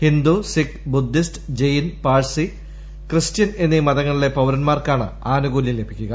Hindu Sikh Buddhist Jain Parsi Christian എന്നീ മതങ്ങളിലെ പൌരന്മാർക്കാണ് ആനുകൂല്യം ലഭിക്കുക